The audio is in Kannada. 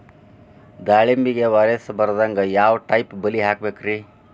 ದಾಳಿಂಬೆಗೆ ವೈರಸ್ ಬರದಂಗ ಯಾವ್ ಟೈಪ್ ಬಲಿ ಹಾಕಬೇಕ್ರಿ?